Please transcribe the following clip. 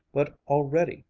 but already,